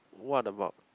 what about